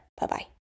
Bye-bye